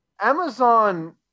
Amazon